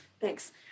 Thanks